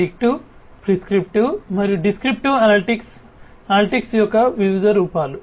predictive prescriptive మరియు descriptive analytics analytics యొక్క వివిధ రూపాలు